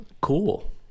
Cool